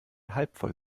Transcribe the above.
halbvoll